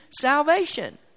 salvation